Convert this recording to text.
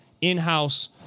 in-house